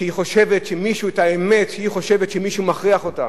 שהיא חושבת שמישהו מכריח אותה.